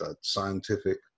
scientific